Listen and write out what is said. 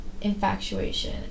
infatuation